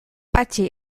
patxi